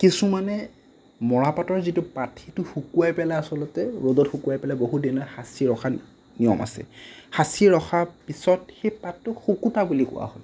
কিছুমানে মৰাপাতৰ যিটো পাত সেইটো শুকোৱাই পেলাই আচলতে ৰ'দত শুকোৱাই বহুত দিন সাঁচি ৰখা নিয়ম আছে সাঁচি ৰখাৰ পিছত সেই পাতটোক শুকুতা বুলি কোৱা হয়